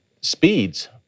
speeds